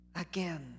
again